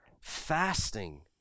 fasting